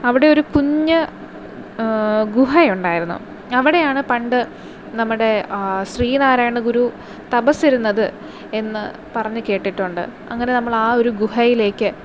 അവിടെ ഒരു കുഞ്ഞു ഗുഹയുണ്ടായിരുന്നു അവിടെയാണ് പണ്ട് നമ്മുടെ ശ്രീനാരായണ ഗുരു തപസ്സിരുന്നത് എന്ന് പറഞ്ഞു കേട്ടിട്ടുണ്ട് അങ്ങനെ നമ്മൾ ആ ഒരു ഗുഹയിലേക്ക്